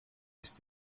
ist